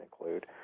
include